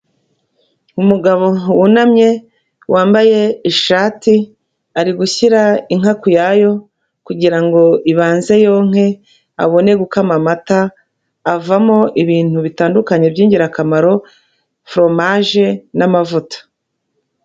Umugabo wunamye, wambaye ishati ari gushyira inka ku yayo kugira ngo ibanze yonke, abone gukama amata, avamo ibintu bitandukanye b'yingirakamaro foromaje n'amavuta.